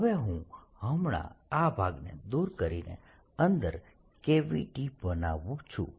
હવે હું હમણાં આ ભાગને દૂર કરીને અંદર કેવિટી બનાવું છું